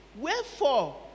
Wherefore